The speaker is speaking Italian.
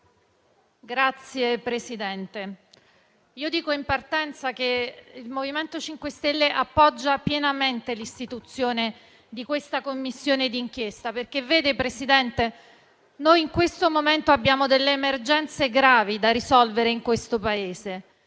Signor Presidente, dico in partenza che il MoVimento 5 Stelle appoggia pienamente l'istituzione di questa Commissione di inchiesta. Presidente, noi in questo momento abbiamo delle emergenze gravi da risolvere in questo Paese